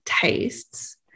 tastes